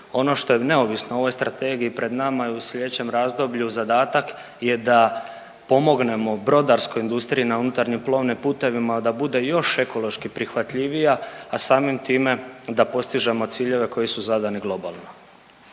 Ono što je neovisno o ovoj Strategiji, pred nama je u sljedećem razdoblju zadatak je da pomognemo brodarskoj industriji na unutarnjim plovnim putevima da bude još ekološki prihvatljivija, a samim time da postižemo ciljeve koji su zadani globalno.